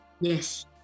Yes